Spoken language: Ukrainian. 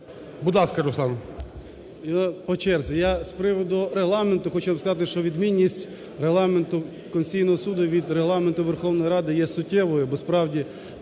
Будь ласка, Руслан.